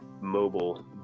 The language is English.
Mobile